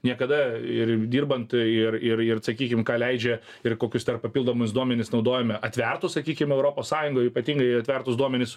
niekada ir dirbant ir ir ir sakykim ką leidžia ir kokius dar papildomus duomenis naudojame atvertus sakykim europos sąjungoj ypatingai atvertus duomenis